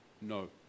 no